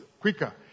quicker